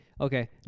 Okay